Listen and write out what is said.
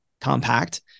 compact